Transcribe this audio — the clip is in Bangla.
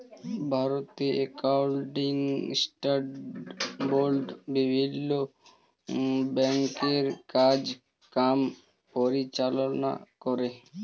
ভারতে অ্যাকাউন্টিং স্ট্যান্ডার্ড বোর্ড বিভিন্ন ব্যাংকের কাজ কাম পরিচালনা করে